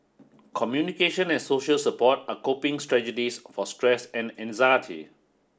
communication and social support are coping strategies for stress and anxiety